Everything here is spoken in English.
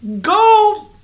go